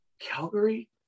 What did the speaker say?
Calgary